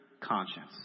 conscience